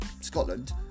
Scotland